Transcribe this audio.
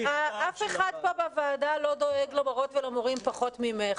אף אחד פה בוועדה לא דואג למורות ולמורים פחות ממך,